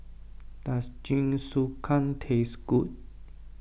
does Jingisukan taste good